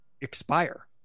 expire